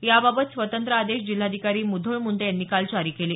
याबाबत स्वतंत्र आदेश जिल्हाधिकारी मुधोळ मुंडे यांनी काल जारी केले